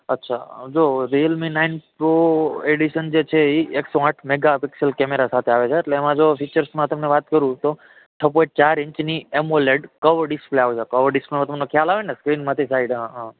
અચ્છા જુઓ Realme nine pro edition જે છે એ એકસો આઠ મેગા પિક્સલ કેમેરા સાથે આવે છે એલ્તે એમાં જુઓ ફીચર્સમાં તમને વાત કરું તો છ પોઈન્ટ ચાર ઇંચની એમોલેડ કર્વ ડિસ્પ્લે આવે છે કર્વ ડિસ્પ્લેમાં તમને ખ્યાલ આવે ને સ્ક્રીનમાંથી સાઈડ અ અ